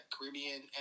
Caribbean